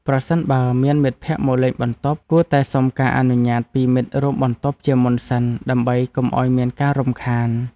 ប្រសិនបើមានមិត្តភក្តិមកលេងបន្ទប់ គួរតែសុំការអនុញ្ញាតពីមិត្តរួមបន្ទប់ជាមុនសិនដើម្បីកុំឱ្យមានការរំខាន។